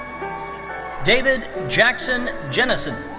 david jackson jennison.